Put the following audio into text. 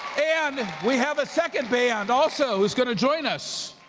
and we have a second band also who's gonna join us,